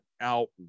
out